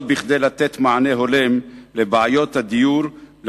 כדי לתת מענה הולם לבעיות הדיור של